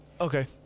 Okay